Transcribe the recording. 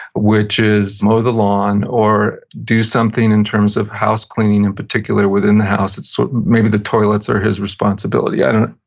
which is mow the lawn, or do something in terms of house cleaning in particular within the house. sort of maybe the toilets are his responsibility, i don't,